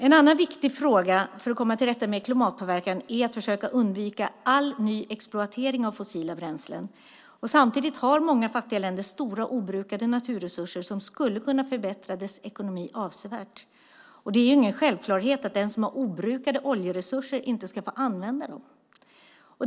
En annan viktig fråga för att komma till rätta med klimatpåverkan är att försöka undvika all ny exploatering av fossila bränslen. Samtidigt har många fattiga länder stora obrukade naturresurser som skulle kunna förbättra deras ekonomi avsevärt. Det är ingen självklarhet att de som har obrukade oljeresurser inte ska få använda dem.